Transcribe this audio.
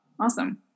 awesome